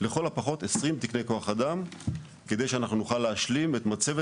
לכל הפחות 20 תקני כוח אדם כדי שאנחנו נוכל להשלים את מצבת